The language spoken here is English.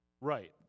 Right